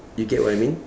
you get what I mean